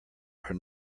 are